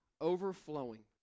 overflowing